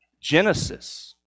Genesis